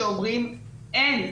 שאומרים: אין,